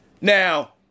Now